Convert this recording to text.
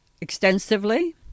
extensively